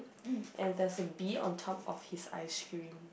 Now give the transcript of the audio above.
and there's a bee on top of his ice cream